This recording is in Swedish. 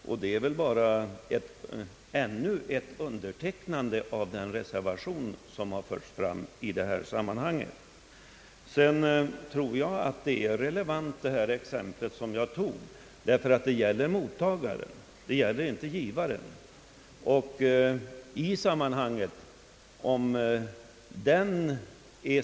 Det innebär väl endast ännu ett undertecknande av den reservation, som har förts fram i detta sammanhang. Sedan vill jag säga, att det nog ändock var ett relevant exempel som jag angav.